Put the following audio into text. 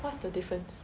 what's the difference